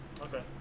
Okay